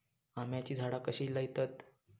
आम्याची झाडा कशी लयतत?